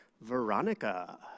Veronica